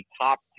top